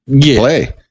play